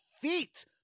feet